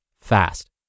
fast